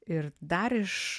ir dar iš